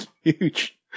huge